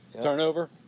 Turnover